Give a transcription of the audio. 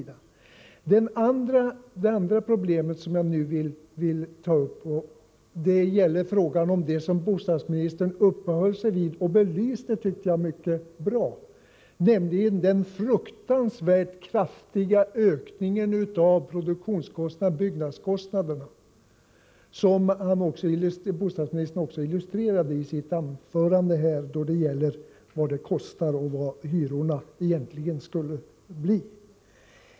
Det andra problemet som jag nu vill ta upp gäller det som bostadsministern uppehöll sig vid och belyste mycket bra, tyckte jag, nämligen den fruktansvärt kraftiga ökningen av produktionskostnaderna och byggnadskostnaderna, som bostadsministern också illustrerade i sitt anförande då han nämnde vad det kostar och vad hyrorna egentligen skulle bli.